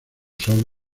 sol